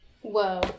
Whoa